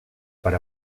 per